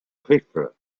quivered